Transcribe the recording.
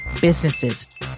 businesses